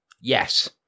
yes